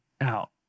out